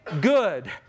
good